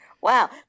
Wow